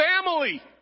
family